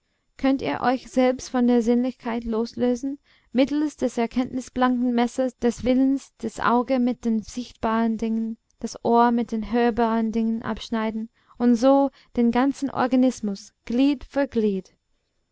könnt ihr euch selbst von der sinnlichkeit loslösen mittels des erkenntnisblanken messers des willens das auge mit den sichtbaren dingen das ohr mit den hörbaren dingen abschneiden und so den ganzen organismus glied